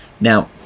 Now